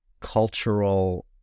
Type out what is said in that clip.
cultural